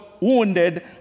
wounded